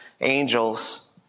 angels